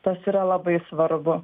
tas yra labai svarbu